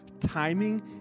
timing